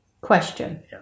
Question